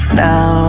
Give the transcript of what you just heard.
now